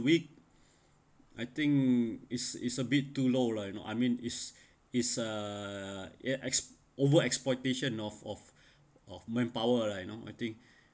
week I think is is a bit too low lah you know I mean is is uh ex~ over-exploitation of of of manpower lah you know I think